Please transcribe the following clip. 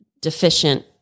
deficient